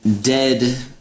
dead